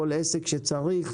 כל עסק שצריך,